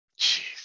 jeez